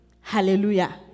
Hallelujah